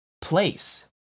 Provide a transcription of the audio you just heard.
place